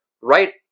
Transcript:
right